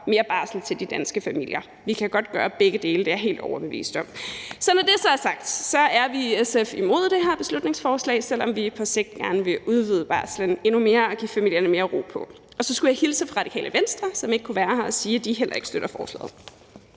mere barsel til de danske familier. Vi kan godt gøre begge dele – det er jeg helt overbevist om. Med de ord vil jeg sige, at vi i SF er imod det her beslutningsforslag, selv om vi på sigt gerne vil udvide barslen endnu mere og give familierne mere ro på. Og så skulle jeg hilse fra Radikale Venstre, som ikke kunne være her, og sige, at de heller ikke støtter forslaget.